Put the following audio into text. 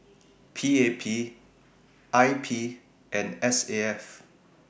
P A P I P and S A F